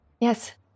Yes